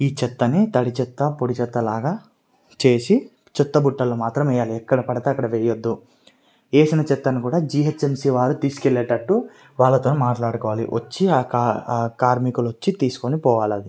ఈ చెత్తని తడి చెత్త పొడి చెత్త లాగా చేసి చెత్తబుట్టలో మాత్రమే వేయాలి ఎక్కడ పడితే అక్కడ వేయద్దు వేసిన చెత్తను కూడా జిహెచ్ఎంసి వారు తీసుకెళ్ళేటట్టు వాళ్ళతో మాట్లాడుకోవాలి వచ్చి ఆ కార్మికులు వచ్చి తీసుకొని పపోవాలి అది